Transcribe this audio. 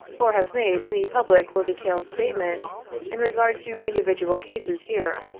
or have made any public or detailed statement in regard to individual cases here,